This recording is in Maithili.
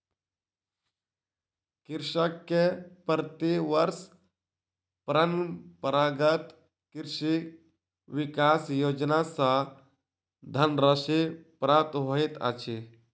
कृषक के प्रति वर्ष परंपरागत कृषि विकास योजना सॅ धनराशि प्राप्त होइत अछि